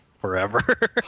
forever